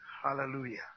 Hallelujah